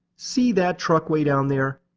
see that truck way down there?